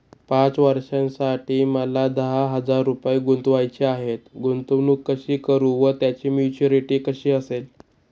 पाच वर्षांसाठी मला दहा हजार रुपये गुंतवायचे आहेत, गुंतवणूक कशी करु व त्याची मॅच्युरिटी कशी असेल?